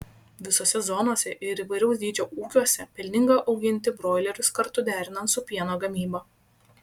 visose zonose ir įvairaus dydžio ūkiuose pelninga auginti broilerius kartu derinant su pieno gamyba